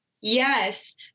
yes